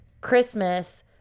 Christmas